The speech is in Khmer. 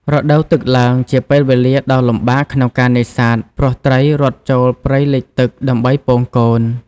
រដូវទឹកឡើង ជាពេលវេលាដ៏លំបាកក្នុងការនេសាទ ព្រោះត្រីរត់ចូលព្រៃលិចទឹកដើម្បីពងកូន។